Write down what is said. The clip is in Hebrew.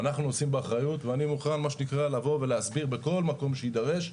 אנחנו נושאים באחריות ואני מוכן מה שנקרא לבוא ולהסביר בכל מקום שיידרש,